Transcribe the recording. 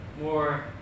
more